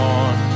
on